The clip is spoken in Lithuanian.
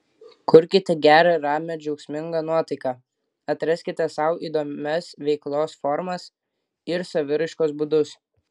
kurkite gerą ramią džiaugsmingą nuotaiką atraskite sau įdomias veiklos formas ir saviraiškos būdus